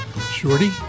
Shorty